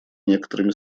некоторыми